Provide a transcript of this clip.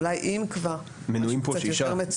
אולי אם כבר, משהו קצת יותר מצומצם.